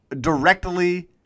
directly –